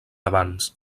abans